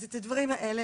אז את הדברים האלה,